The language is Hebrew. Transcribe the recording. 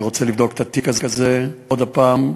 אני רוצה לבדוק את התיק הזה עוד הפעם.